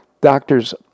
doctors